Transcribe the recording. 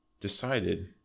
decided